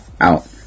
out